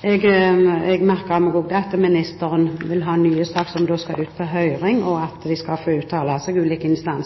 Jeg merket meg også at ministeren vil ha en ny sak ut på høring, og at ulike instanser skal få uttale